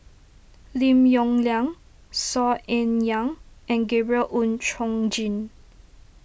Lim Yong Liang Saw Ean Ang and Gabriel Oon Chong Jin